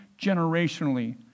generationally